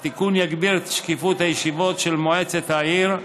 התיקון יגביר את שקיפות הישיבות של מועצת העיר,